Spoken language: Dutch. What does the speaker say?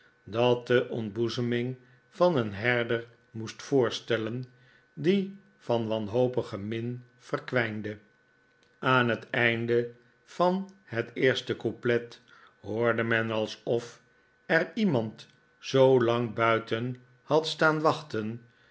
dat de ontboezeming van een herder moest voorstellen die van wanhopige min verkwijnde aan het einde van het eerste couplet hoorde men alsof er iemand zoolang buiten had staan wachten